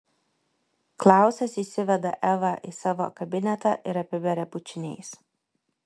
klausas įsiveda evą į savo kabinetą ir apiberia bučiniais